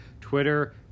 twitter